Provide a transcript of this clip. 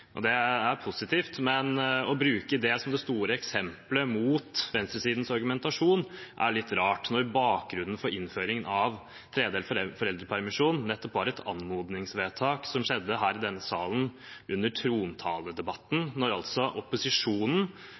Det er positivt, men å bruke det som det store eksemplet mot venstresidens argumentasjon er litt rart, når bakgrunnen for innføringen av tredelt foreldrepermisjon nettopp var et anmodningsvedtak som skjedde her i denne salen under trontaledebatten, da opposisjonen altså